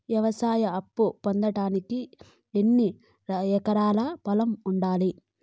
వ్యవసాయ అప్పు పొందడానికి ఎన్ని ఎకరాల పొలం ఉండాలి?